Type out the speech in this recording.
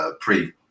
pre